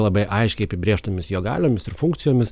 labai aiškiai apibrėžtomis jo galiomis ir funkcijomis